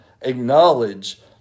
acknowledge